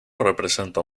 representa